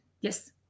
yes